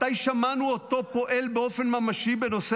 מתי שמענו אותו פועל באופן ממשי בנושא